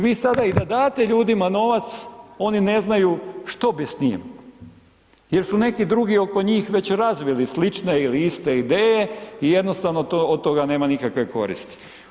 Vi sada i da date ljudima novac, oni ne znaju što bi s njim jer su neki drugi oko njih već razvili slične ili iste ideje i jednostavno od toga nema nikakve koristi.